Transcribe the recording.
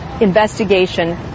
investigation